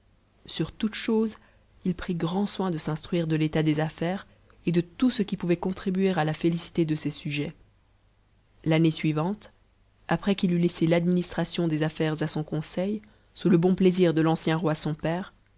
sur toute chose il prit g soin de s'instruire de l'état des affaires et de tout ce qui pouvait contribuer à la félicité de ses sujets l'année suivante après qu'il eut aiss l'administration des affaires à son conseil sous le bon plaisir de t'ancio roi son père